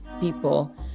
people